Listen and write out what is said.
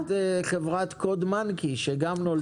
יש לך גם את חברת CodeMonkey שגם נולדה